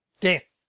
death